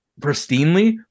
pristinely